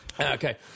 Okay